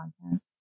content